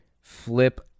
flip